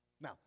Now